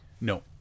No